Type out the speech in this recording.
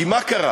כי מה קרה?